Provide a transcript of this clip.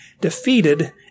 defeated